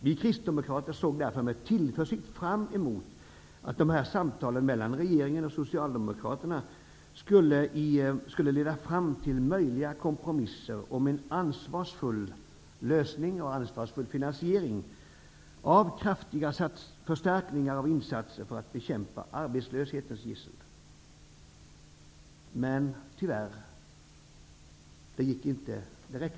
Vi kristdemokrater såg därför med tillförsikt fram emot att de här samtalen mellan regeringen och Socialdemokraterna skulle leda fram till möjliga kompromisser om en ansvarsfull lösning och en ansvarsfull finansiering av kraftiga förstärkningar av insatser för att bekämpa arbetslöshetens gissel. Men tyvärr, det räckte inte ända fram.